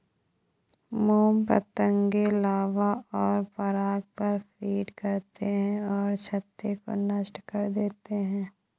मोम पतंगे लार्वा और पराग पर फ़ीड करते हैं और छत्ते को नष्ट कर देते हैं